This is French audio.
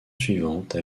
suivante